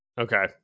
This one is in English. Okay